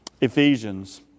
Ephesians